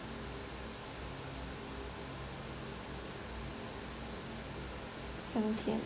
seven P_M